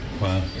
Wow